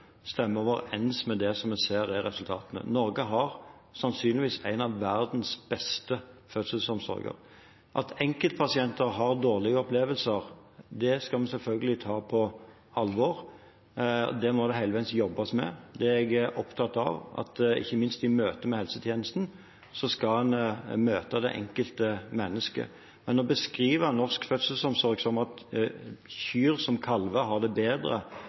overens med det vi ser er resultatene. Norge har sannsynligvis en av verdens beste fødselsomsorger. At enkeltpasienter har dårlige opplevelser, skal vi selvfølgelig ta på alvor. Det må det hele tiden jobbes med. Det jeg er opptatt av, er at en, ikke minst i helsetjenesten, skal møte det enkelte mennesket. Å beskrive norsk fødselsomsorg med at kyr som kalver, har det bedre